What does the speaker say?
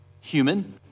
human